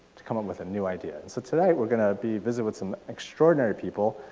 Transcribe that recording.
to come up with a new idea. and so today we're gonna be visiting with some extraordinary people,